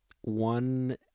One